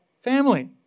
family